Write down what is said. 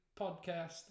Podcast